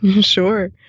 Sure